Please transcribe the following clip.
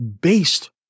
based